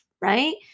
right